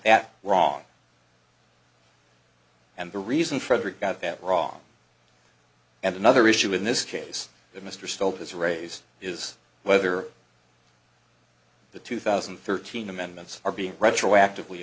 that wrong and the reason frederick got that wrong and another issue in this case that mr stoke has raised is whether the two thousand and thirteen amendments are being retroactive